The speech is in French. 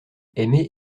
aimée